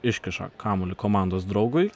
iškiša kamuolį komandos draugui